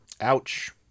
Ouch